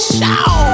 Show